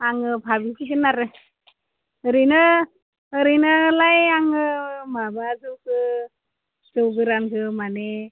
आङो भाबिसिगोन आरो ओरैनो ओरैनोलाय आङो माबा जौखो जौ गोरानखो माने